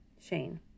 Shane